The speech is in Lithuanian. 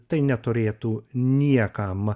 tai neturėtų niekam